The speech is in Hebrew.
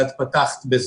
ואת פתחת בזה.